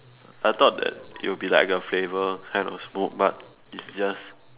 I thought that it would be like a flavour kind of smoke but it's just